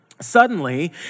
Suddenly